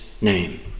name